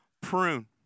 prune